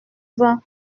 vingt